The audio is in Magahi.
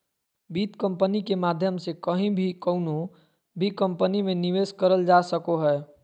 वित्त कम्पनी के माध्यम से कहीं भी कउनो भी कम्पनी मे निवेश करल जा सको हय